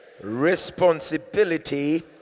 responsibility